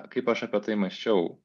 kaip aš apie tai mąsčiau